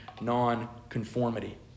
non-conformity